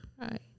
Right